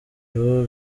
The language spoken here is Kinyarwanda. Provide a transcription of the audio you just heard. w’ibiro